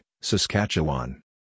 Saskatchewan